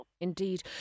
Indeed